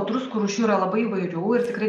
druskų rūšių yra labai įvairių ir tikrai